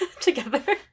together